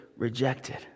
Rejected